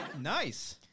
Nice